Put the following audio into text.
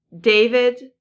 David